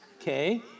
okay